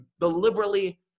deliberately